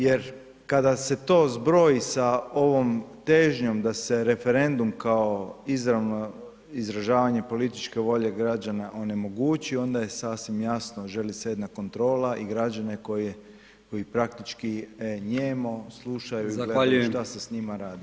Jer kada se to zbroji sa ovom težnjom da se referendum kao izražavanje političke volje građana onemogući, onda je sasvim jasno, želi se jedna kontrola i građane koji praktički nijemo slušaju … šta se s njima radi.